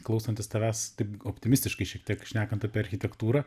klausantis tavęs taip optimistiškai šiek tiek šnekant apie architektūrą